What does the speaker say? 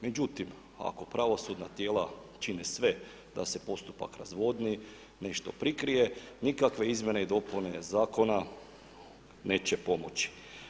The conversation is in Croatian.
Međutim, ako pravosudna tijela čine sve da se postupak razvodni, nešto prikrije, nikakve izmjene i dopune zakona neće pomoći.